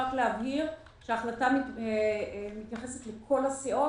רק להבהיר שההחלטה מתייחסת לכל הסיעות,